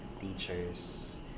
teachers